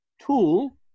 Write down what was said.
tool